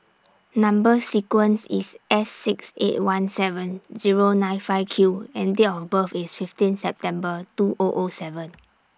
Number sequence IS S six eight one seven Zero nine five Q and Date of birth IS fifteenth September two O O seven